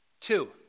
Two